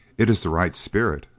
it is the right spirit,